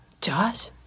Josh